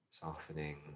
softening